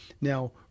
Now